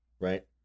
right